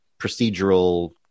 procedural